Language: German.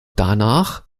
danach